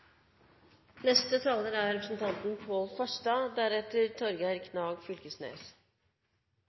neste taler er representanten Michael Tetzschner og deretter